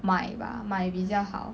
买吧买比较好